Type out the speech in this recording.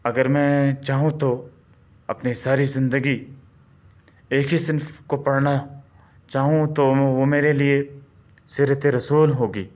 اگر میں چاہوں تو اپنی ساری زندگی ایک ہی صنف کو پڑھنا چاہوں تو وہ وہ میرے لیے سیرتِ رسول ہوگی